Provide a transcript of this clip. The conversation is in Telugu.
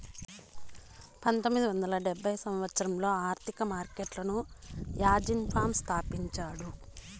పంతొమ్మిది వందల డెబ్భై సంవచ్చరంలో ఆర్థిక మార్కెట్లను యాజీన్ ఫామా స్థాపించాడు